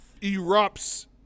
erupts